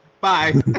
Bye